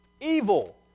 Evil